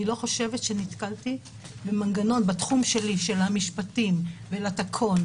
אני לא חושבת שנתקלתי במנגנון בתחום שלי של משפטים ושל התקון,